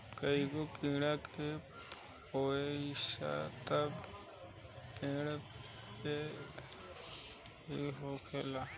कईगो कीड़ा के पोसाई त पेड़ पे ही होखेला